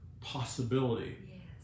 possibility